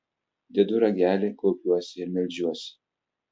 dedu ragelį klaupiuosi ir meldžiuosi